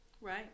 Right